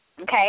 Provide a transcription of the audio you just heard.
okay